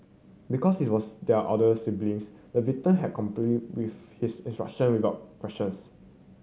because he was their elder siblings the victim had complied with his instruction without questions